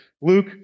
Luke